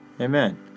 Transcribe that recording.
Amen